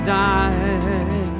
die